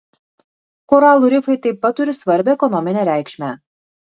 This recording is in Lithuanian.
koralų rifai taip pat turi svarbią ekonominę reikšmę